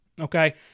okay